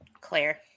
Claire